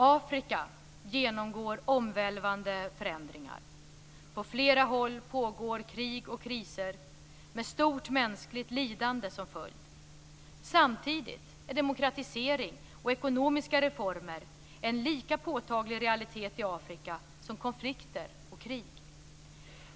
Afrika genomgår omvälvande förändringar. På flera håll pågår krig och kriser, med stort mänskligt lidande som följd. Samtidigt är demokratisering och ekonomiska reformer en lika påtaglig realitet i Afrika som konflikter och krig.